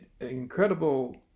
incredible